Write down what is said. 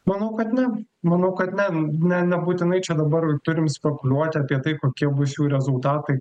manau kad ne manau kad ne ne nebūtinai čia dabar turim spekuliuot apie tai kokie bus jų rezultatai